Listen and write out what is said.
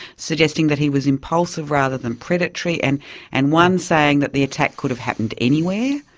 suggesting that he was impulsive rather than predatory, and and one saying that the attack could have happened anywhere.